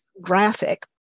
graphic